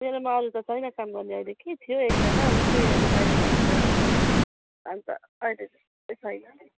मेरोमा अरू त छैन काम गर्ने अहिले कि थियो एकजना उतै अहिले बाहिर गएको छ अन्त अहिले छैन